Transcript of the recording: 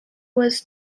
was